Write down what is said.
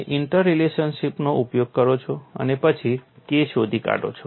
તમે ઇન્ટરલેશનશીપનો ઉપયોગ કરો છો અને પછી K શોધી કાઢો છો